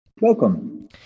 Welcome